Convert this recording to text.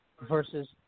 versus